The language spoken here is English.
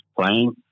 playing